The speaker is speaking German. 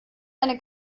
eine